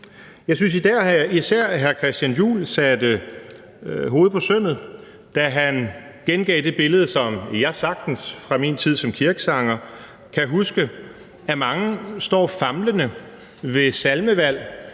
Jeg synes, at især hr. Christian Juhl slog hovedet på sømmet, da han gengav det billede, som jeg sagtens fra min tid som kirkesanger kan huske, at mange står famlende ved salmevalg,